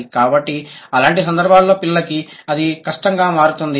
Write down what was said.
కాబట్టి అలాంటి సందర్భాలలో పిల్లలకి అది కష్టంగా మారుతుంది